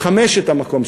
לחמש את אוכלוסיית המקום,